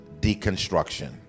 deconstruction